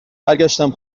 برگشتم